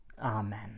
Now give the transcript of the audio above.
Amen